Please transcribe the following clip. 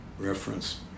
reference